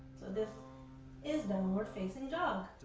so this is downward-facing dog,